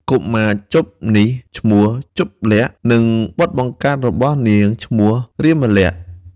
កុមារជបនេះ ឈ្មោះ«ជប្បលក្សណ៍» ហើយបុត្របង្កើតរបស់នាងឈ្មោះ «រាមលក្សណ៍»។